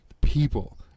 people